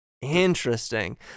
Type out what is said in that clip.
interesting